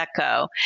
Echo